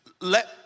let